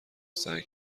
سعی